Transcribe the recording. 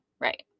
Right